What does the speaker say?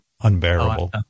unbearable